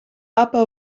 upper